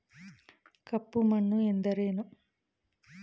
ಕಪ್ಪು ಮಣ್ಣು ಎಂದರೇನು?